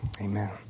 Amen